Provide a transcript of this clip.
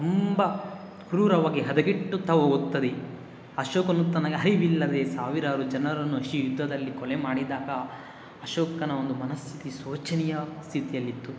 ತುಂಬ ಕ್ರೂರವಾಗಿ ಹದಗೆಡುತ್ತಾ ಹೋಗುತ್ತದೆ ಅಶೋಕನು ತನಗೆ ಅರಿವಿಲ್ಲದೆ ಸಾವಿರಾರು ಜನರನ್ನು ಈ ಯುದ್ಧದಲ್ಲಿ ಕೊಲೆ ಮಾಡಿದಾಗ ಅಶೋಕನ ಒಂದು ಮನಸ್ಥಿತಿ ಶೋಚನೀಯ ಸ್ಥಿತಿಯಲ್ಲಿತ್ತು